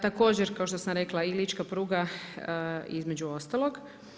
Također kao što sam rekla i lička pruga između ostalog.